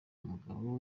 umugabo